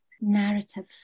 narrative